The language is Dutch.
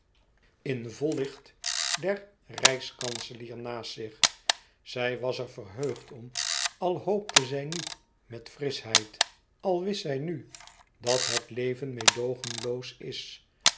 in vol licht den rijkskanselier naast zich zij was er verheugd om al hoopte zij niet met frischheid al wist zij nu dat het leven meêdoogenloos is